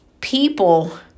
People